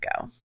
go